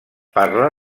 parla